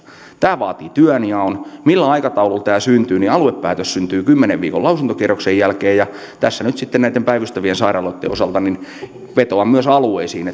tämä vaatii työnjaon millä aikataululla tämä syntyy aluepäätös syntyy kymmenen viikon lausuntokierroksen jälkeen tässä nyt sitten näitten päivystävien sairaaloitten osalta vetoan myös alueisiin